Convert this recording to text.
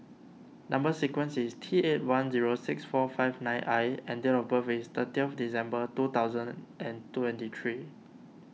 Number Sequence is T eight one zero six four five nine I and date of birth is thirty December two thousand and twenty three